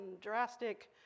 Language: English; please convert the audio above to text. drastic